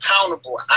accountable